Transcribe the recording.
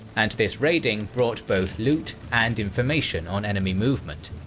and this raiding brought both loot and information on enemy movement.